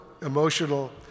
emotional